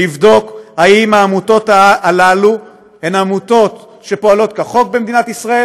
לבדוק אם העמותות האלה הן עמותת שפועלות כחוק במדינת ישראל,